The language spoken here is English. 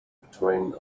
between